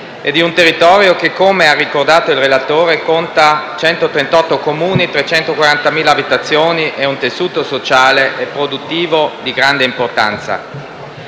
e di un territorio che, come ha ricordato il relatore, conta 138 Comuni, 340.000 abitazioni e un tessuto sociale e produttivo di grande importanza.